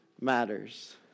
matters